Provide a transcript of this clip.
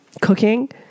Cooking